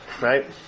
right